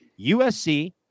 USC